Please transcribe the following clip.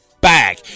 back